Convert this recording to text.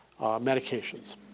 medications